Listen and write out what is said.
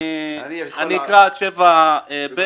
אני אקרא עד 7 (ב),